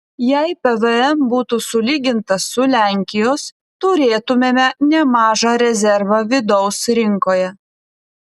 jei pvm būtų sulygintas su lenkijos turėtumėme nemažą rezervą vidaus rinkoje